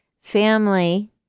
family